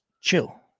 chill